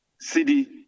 city